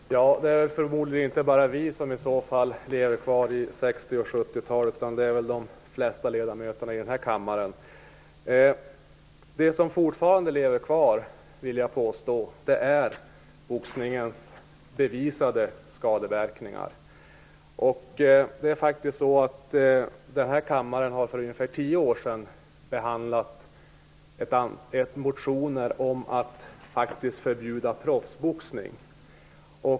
Fru talman! Det är förmodligen inte bara vi socialdemokrater som lever kvar i 60 och 70-talen, utan de flesta ledamöter i den här kammaren. Det som fortfarande lever kvar är boxningens bevisade skadeverkningar, vill jag påstå. Riksdagen behandlade för ungefär tio år sedan motioner om att förbjuda proffsboxning.